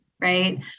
right